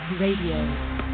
RADIO